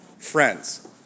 Friends